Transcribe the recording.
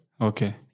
Okay